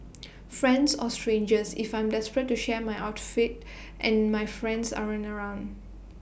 friends or strangers if I am desperate to share my outfit and my friends aren't around